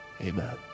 Amen